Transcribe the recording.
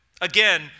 again